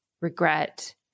regret